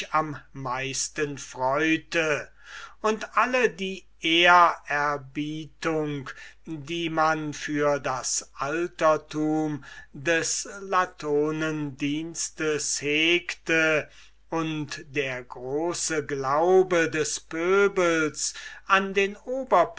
am meisten freute und alle die ehrerbietung die man für das altertum des latonendienstes hegte und der große glaube des pöbels an den